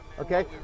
Okay